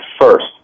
first